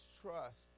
trust